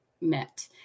met